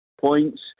points